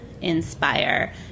inspire